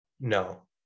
No